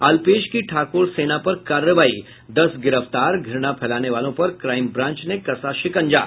अल्पेश की ठाकोर सेना पर कार्रवाई दस गिरफ्तार घूणा फैलाने वालों पर क्राईम ब्रांच ने कसा शिकंजा